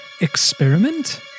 experiment